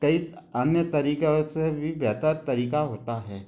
कई अन्य तरीकों से भी बेहतर तरीका होता है